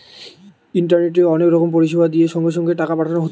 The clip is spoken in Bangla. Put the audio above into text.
ইন্টারনেটে অনেক রকম পরিষেবা দিয়ে সঙ্গে সঙ্গে টাকা পাঠানো হতিছে